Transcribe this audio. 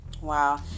Wow